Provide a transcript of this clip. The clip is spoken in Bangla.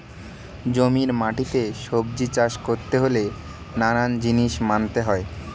জমির মাটিতে সবজি চাষ করতে হলে নানান জিনিস মানতে হয়